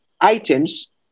items